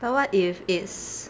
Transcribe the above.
but what if it's